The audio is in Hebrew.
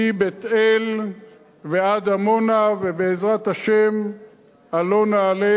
מבית-אל ועד עמונה, ובעזרת השם עלה נעלה,